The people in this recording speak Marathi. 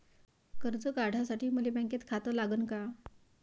कर्ज काढासाठी मले बँकेत खातं लागन का?